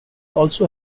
also